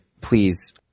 please